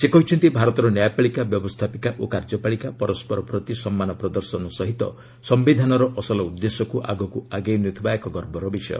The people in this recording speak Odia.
ସେ କହିଛନ୍ତି ଭାରତର ନ୍ୟାୟପାଳିକା ବ୍ୟବସ୍ଥାପିକା ଓ କାର୍ଯ୍ୟପାଳିକା ପରସ୍କର ପ୍ରତି ସମ୍ମାନ ପ୍ରଦର୍ଶନ ସହିତ ସମ୍ମିଧାନର ଅସଲ ଉଦ୍ଦେଶ୍ୟକୁ ଆଗକୁ ଆଗେଇ ନେଉଥିବା ଏକ ଗର୍ବର ବିଷୟ